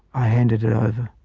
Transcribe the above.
i handed it over.